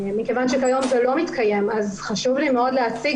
מכיוון שכיום זה לא מתקיים חשוב לי להציג